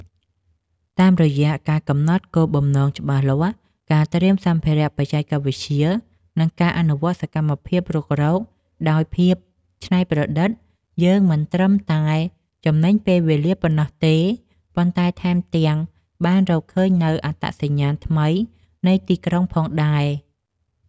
តាមរយៈការកំណត់គោលបំណងច្បាស់លាស់ ការត្រៀមសម្ភារៈបច្ចេកវិទ្យា និងការអនុវត្តសកម្មភាពរុករកដោយភាពច្នៃប្រឌិត យើងមិនត្រឹមតែចំណេញពេលវេលាប៉ុណ្ណោះទេ ប៉ុន្តែថែមទាំងបានរកឃើញនូវ អត្តសញ្ញាណថ្មីនៃទីក្រុងផងដែរ។